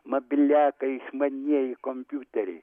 mobiliakai išmanieji kompiuteriai